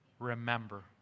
remember